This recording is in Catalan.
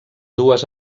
dues